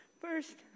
First